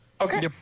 Okay